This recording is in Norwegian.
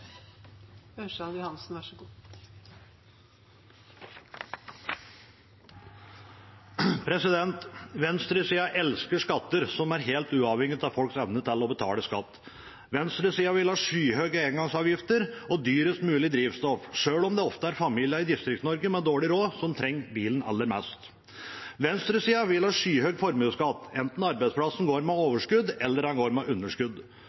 helt uavhengig av folks evne til å betale skatt. Venstresida vil ha skyhøye engangsavgifter og dyrest mulig drivstoff selv om det ofte er familier i Distrikts-Norge med dårlig råd som trenger bilen aller mest. Venstresida vil ha skyhøy formuesskatt, enten arbeidsplassen går med overskudd eller den går med underskudd.